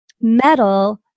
metal